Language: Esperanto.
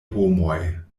homoj